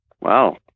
Wow